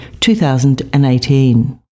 2018